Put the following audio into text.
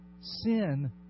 Sin